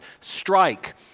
strike